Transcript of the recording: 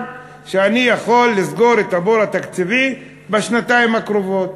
שאני יכול לסגור את הבור התקציבי בשנתיים הקרובות?